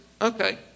Okay